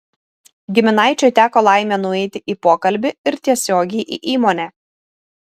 giminaičiui teko laimė nueiti į pokalbį ir tiesiogiai į įmonę